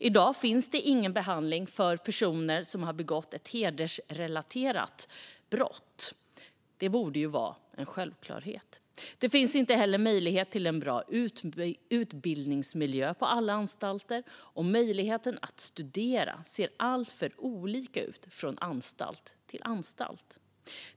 I dag finns det ingen behandling för personer som har begått ett hedersrelaterat brott - det borde ju vara en självklarhet. Det finns inte heller möjlighet till en bra utbildningsmiljö på alla anstalter, och möjligheten att studera ser alltför olika ut på anstalterna.